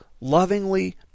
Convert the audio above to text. lovingly